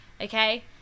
Okay